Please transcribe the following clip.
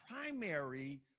primary